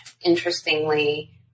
Interestingly